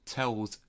tells